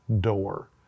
door